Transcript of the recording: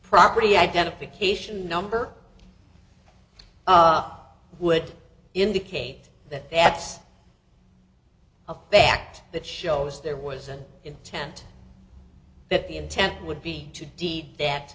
property identification number would indicate that that's a fact that shows there was an intent that the intent would be to deep that